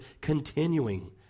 continuing